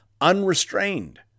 unrestrained